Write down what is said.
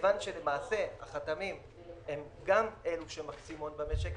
מכיוון שהחתמים הם גם אלה שמכניסים הון במשק,